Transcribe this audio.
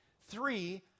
Three